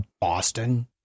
Boston